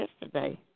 yesterday